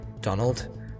Donald